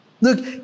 Look